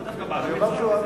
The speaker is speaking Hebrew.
לא, דווקא בערבית זה זועְבי.